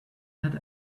had